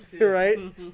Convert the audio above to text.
Right